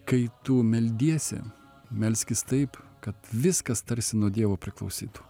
kai tu meldiesi melskis taip kad viskas tarsi nuo dievo priklausytų